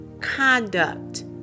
conduct